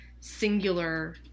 singular